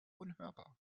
unhörbar